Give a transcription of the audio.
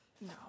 No